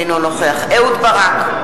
אינו נוכח אהוד ברק,